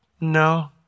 no